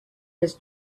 his